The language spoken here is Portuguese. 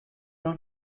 não